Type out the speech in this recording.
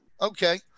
okay